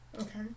Okay